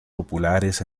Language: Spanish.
populares